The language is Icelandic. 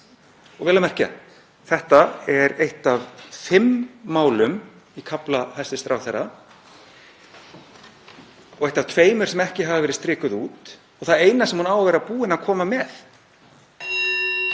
Og vel að merkja, þetta er eitt af fimm málum í kafla hæstv. ráðherra og eitt af tveimur sem ekki hafa verið strikuð út og það eina sem hún á að vera búin að koma með.